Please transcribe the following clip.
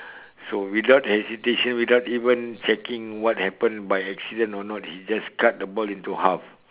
so without hesitation without even checking what happen by accident or not he just cut the ball into half